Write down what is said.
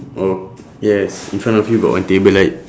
oh yes in front of you got one table right